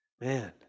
Man